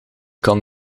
kan